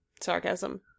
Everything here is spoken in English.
sarcasm